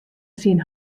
syn